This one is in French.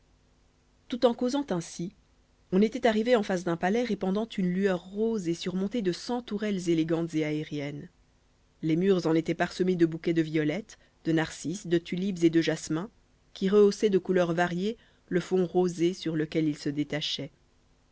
tout en causant ainsi on était arrivé en face d'un palais répandant une lueur rose et surmonté de cent tourelles élégantes et aériennes les murs en étaient parsemés de bouquets de violettes de narcisses de tulipes et de jasmins qui rehaussaient de couleurs variées le fond rosé sur lequel il se détachait